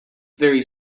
very